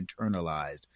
internalized